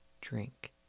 drink